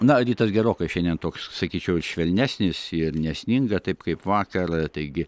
na rytas gerokai šiandien toks sakyčiau ir švelnesnis ir nesninga taip kaip vakar taigi